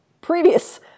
previous